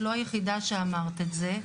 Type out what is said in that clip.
את לא היחידה שאמרת את זה.